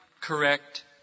correct